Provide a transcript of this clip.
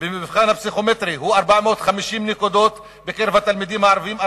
במבחן הפסיכומטרי הוא 450 נקודות בקרב התלמידים הערבים,